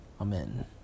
Amen